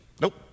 Nope